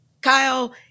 Kyle